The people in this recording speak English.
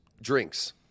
drinks